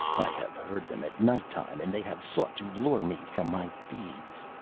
i have heard them at night-time, and they have sought to lure me from my beads.